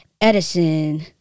Edison